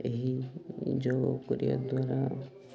ଏହି ଯେଉଁ କରିବା ଦ୍ୱାରା